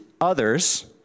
others